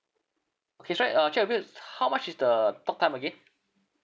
okays right uh check with you how much is the talktime again